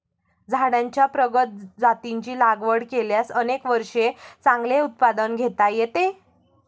झाडांच्या प्रगत जातींची लागवड केल्यास अनेक वर्षे चांगले उत्पादन घेता येते